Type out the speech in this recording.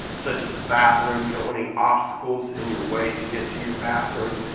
such as the bathroom. you don't want any obstacles in your way to get to your bathroom.